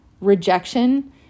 rejection